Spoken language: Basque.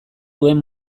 duen